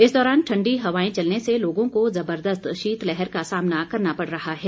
इस दौरान ठण्डी हवाएं चलने से लोगों को जबरदस्त शीतलहर का सामना करना पड़ रहा है